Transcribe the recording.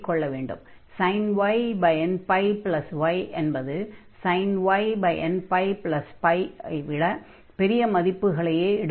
sin y nπy என்பது sin y nππ விட பெறிய மதிப்புகளை எடுக்கும்